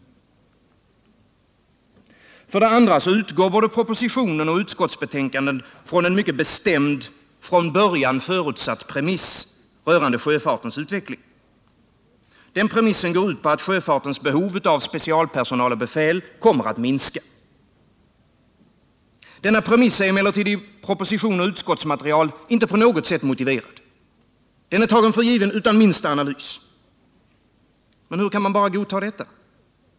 För det andra utgår både propositionen och utskottsbetänkandet från en mycket bestämd, från början förutsatt, premiss rörande sjöfartens utveckling. Den premissen går ut på att sjöfartens behov av specialpersonal och befäl kommer att minska. Denna premiss är emellertid i proposition och utskottsmaterial inte på något sätt motiverad. Den är tagen för given utan minsta analys. Men hur kan man bara godta detta?